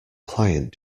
client